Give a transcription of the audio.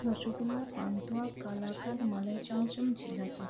rasgulla pantua kalakand malai chamcham jalebi